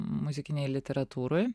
muzikinėj literatūroj